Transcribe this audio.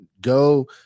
go